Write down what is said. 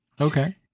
Okay